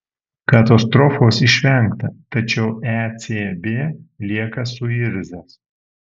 katastrofos išvengta tačiau ecb lieka suirzęs